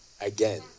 again